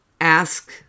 ask